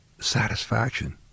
satisfaction